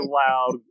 loud